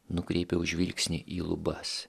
nukreipiau žvilgsnį į lubas